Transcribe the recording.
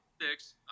six